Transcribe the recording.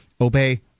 obey